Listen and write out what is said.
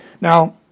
Now